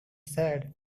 said